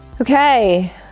okay